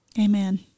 Amen